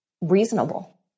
reasonable